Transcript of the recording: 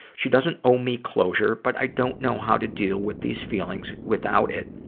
she doesn't owe me closure, but i don't know how to deal with these feelings without it,